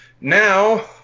now